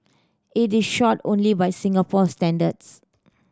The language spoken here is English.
it is short only by Singapore standards